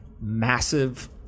massive